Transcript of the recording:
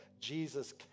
Jesus